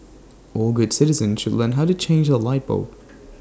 all good citizens should learn how to change A light bulb